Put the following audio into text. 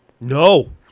No